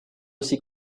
aussi